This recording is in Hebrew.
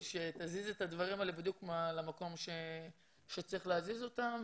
הדברים האלה בדיוק למקום אליו צריך להזיז אותם.